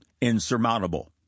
insurmountable